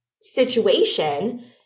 situation